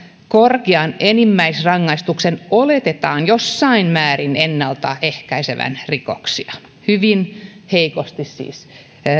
korkean enimmäisrangaistuksen oletetaan jossain määrin ennalta ehkäisevän rikoksia hyvin heikosti siis